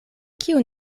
kiu